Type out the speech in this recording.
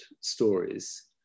stories